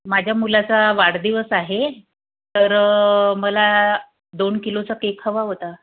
माझ्या मुलाचा वाढदिवस आहे तर मला दोन किलोचा केक हवा होता